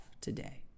today